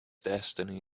destiny